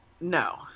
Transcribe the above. No